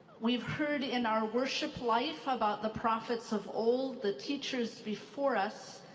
we've heard in our worship life about the prophets of old, the teachers before us.